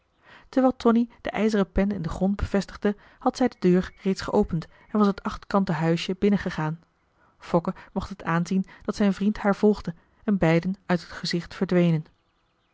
terwijl tonie de ijzeren pen in den grond bevestigde had zij de deur reeds geopend en was het achtkante huisje binnengegaan fokke mocht het aanzien dat zijn vriend haar volgde en beiden uit het gezicht verdwenen